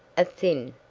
a thin,